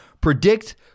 predict